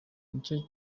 nicyo